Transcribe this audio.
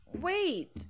Wait